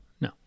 No